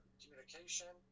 communication